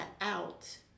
out